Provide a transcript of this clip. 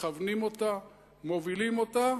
מכוונים אותה, מובילים אותה